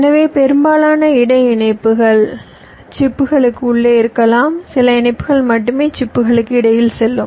எனவே பெரும்பாலான இடை இணைப்புகள் சிப்களுக்கு உள்ளே இருக்கலாம் சில இணைப்புகள் மட்டுமே சிப்களுக்கு இடையில் செல்லும்